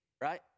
right